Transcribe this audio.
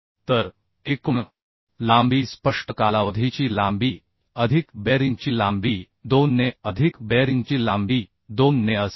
तर एकूण लांबी स्पष्ट कालावधीची लांबी अधिक बेअरिंगची लांबी 2 ने अधिक बेअरिंगची लांबी 2 ने असेल